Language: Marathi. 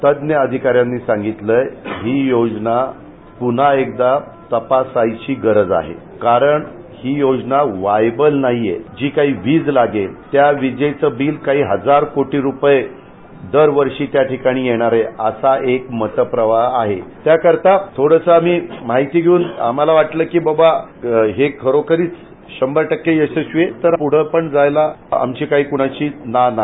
तज्ञ अधिकाऱ्यांनी सांगितलं ही योजना पुन्हा एकदा तपासायची गरज आहे कारण ही योजना वायबल नाहीये जी काही वीज लागेल त्या विजेचे बिल काही हजार कोटी रुपये दरवर्षी त्या ठिकाणी येणारे असा एक मतप्रवाह आहे त्याकरता थोडासा मी माहिती घेऊन आम्हाला वाटलं की बाबा हे खरोखरीच शंभर टक्के यशस्वी तर पुढे पण जायला आमची काही कूणाची ना नाही